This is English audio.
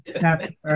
Happy